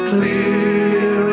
Clear